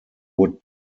would